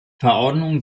verordnungen